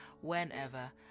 whenever